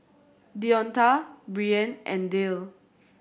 Deonta Brianne and Dale